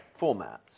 formats